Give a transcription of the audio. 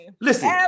Listen